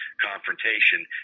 confrontation